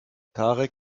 tarek